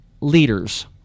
leaders